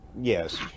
Yes